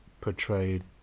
portrayed